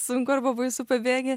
sunku arba baisu pabėgi